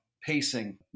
pacing